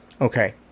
okay